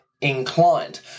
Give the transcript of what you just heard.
inclined